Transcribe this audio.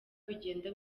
bigenda